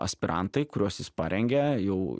aspirantai kuriuos jis parengė jau